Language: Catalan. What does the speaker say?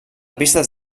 pistes